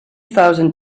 thousand